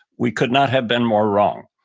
we could not have been more wrong.